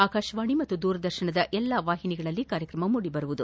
ಆಕಾಶವಾಣಿ ಮತ್ತು ದೂರದರ್ಶನದ ಎಲ್ಲಾ ಚಾನೆಲ್ಗಳಲ್ಲಿ ಕಾರ್ಯಕ್ರಮ ಮೂಡಿಬರಲಿದೆ